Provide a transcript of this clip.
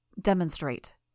demonstrate